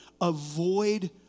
avoid